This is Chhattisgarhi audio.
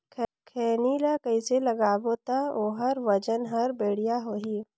खैनी ला कइसे लगाबो ता ओहार वजन हर बेडिया होही?